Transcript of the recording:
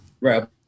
Right